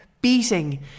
beating